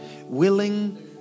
willing